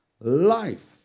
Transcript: life